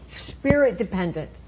spirit-dependent